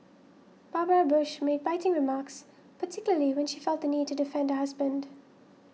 Barbara Bush made biting remarks particularly when she felt the need to defend her husband